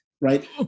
right